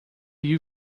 you